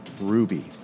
Ruby